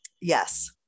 Yes